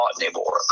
anymore